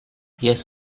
yes